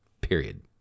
period